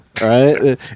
right